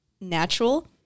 natural